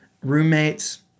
roommates